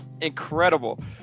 incredible